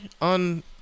on